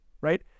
right